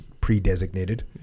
pre-designated